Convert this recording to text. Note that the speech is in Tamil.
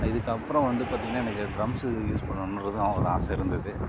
இதற்கப்பறம் வந்து பார்த்திங்கன்னா எனக்கு ட்ரம்ஸ்ஸு யூஸ் பண்ணணுன்றதும் ஒரு ஆசை இருந்துது